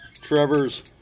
Trevor's